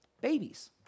babies